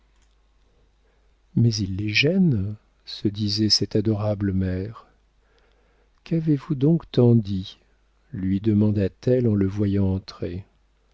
mais il les gêne se disait cette adorable mère qu'avez-vous donc tant dit lui demanda-t-elle en le voyant entrer